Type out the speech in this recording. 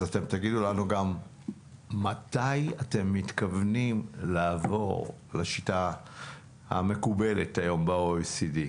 אז תגידו לנו מתי אתם מתכוונים לעבור לשיטה המקובלת ב-OECD.